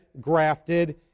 grafted